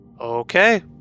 Okay